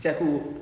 actually aku